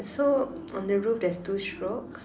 so on the roof there's two strokes